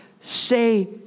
say